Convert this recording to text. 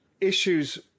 issues